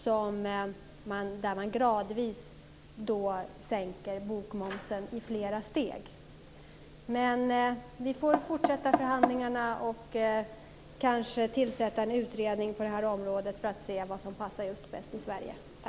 Där sänker man gradvis bokmomsen i flera steg. Vi får fortsätta förhandlingarna och kanske tillsätta en utredning på det här området för att se vad som passar bäst i Sverige. Tack!